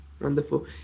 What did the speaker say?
Wonderful